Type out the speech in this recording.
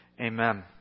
Amen